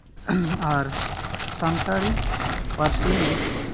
ᱟᱨ ᱥᱟᱱᱛᱟᱲᱤ ᱯᱟᱹᱨᱥᱤ